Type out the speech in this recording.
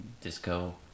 disco